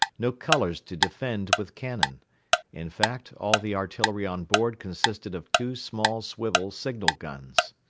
no colours to defend with cannon in fact, all the artillery on board consisted of two small swivel signal-guns.